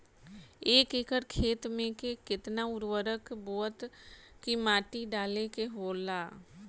एक एकड़ खेत में के केतना उर्वरक बोअत के माटी डाले के होला?